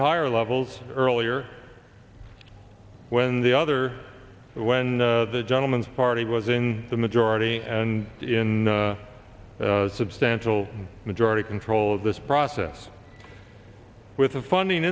higher levels earlier when the other when the gentlemen's party was in the majority and in substantial majority control of this process with the funding